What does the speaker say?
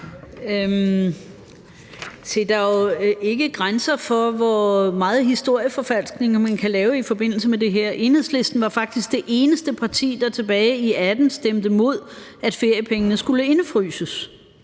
Der er jo ingen grænser for, hvor meget historieforfalskning man kan lave i forbindelse med det her. Enhedslisten var faktisk det eneste parti, der tilbage i 2018 stemte mod, at feriepengene skulle indefryses.